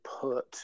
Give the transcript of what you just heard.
put